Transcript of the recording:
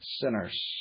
sinners